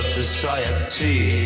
society